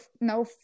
no